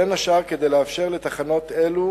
בין השאר כדי לאפשר לתחנות אלו